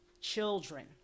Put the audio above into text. children